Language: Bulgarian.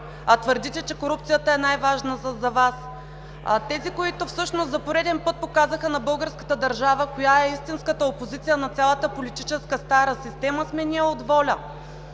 твърдите, че корупцията е най-важна за Вас. Тези, които всъщност за пореден път показаха на българската държава коя е истинската опозиция на цялата политическа стара система, сме ние от ВОЛЯ